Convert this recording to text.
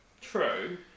true